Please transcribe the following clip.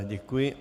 Děkuji.